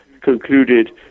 concluded